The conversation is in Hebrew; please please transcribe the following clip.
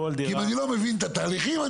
אם אני לא מבין את התהליכים,